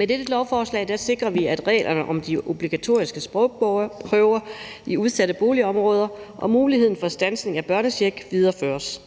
Med dette lovforslag sikrer vi, at reglerne om de obligatoriske sprogprøver i udsatte boligområder og muligheden for standsning af børnechecken videreføres.